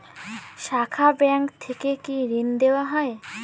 শাখা ব্যাংক থেকে কি ঋণ দেওয়া হয়?